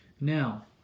Now